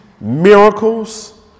miracles